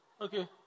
Okay